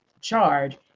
charge